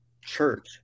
church